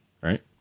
Right